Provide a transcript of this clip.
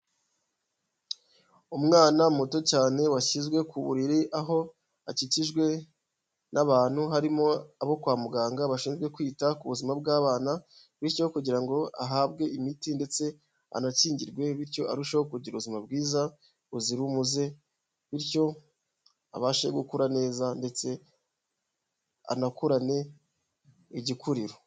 Umwana muto cyane washyizwe ku buriri, aho akikijwe n'abantu harimo abo kwa muganga bashinzwe kwita ku buzima bw'abana, bityo kugira ngo ahabwe imiti ndetse anakingirwe bityo arusheho kugira ubuzima bwiza buzira umuze, bityo abashe gukura neza ndetse anakurane igikuriro.